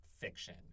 fiction